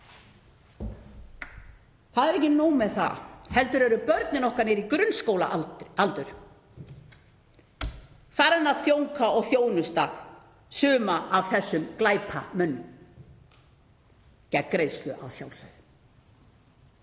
Það er ekki nóg með það heldur eru börnin okkar niður í grunnskólaaldur farin að þjónka og þjónusta suma af þessum glæpamönnum, gegn greiðslu að sjálfsögðu.